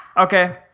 Okay